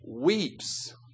weeps